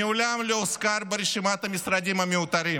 מעולם לא הוזכר ברשימת המשרדים המיותרים,